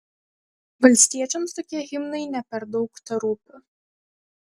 valstiečiams tokie himnai ne per daug terūpi